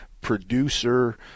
producer